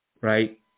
right